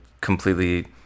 completely